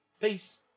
Peace